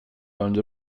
under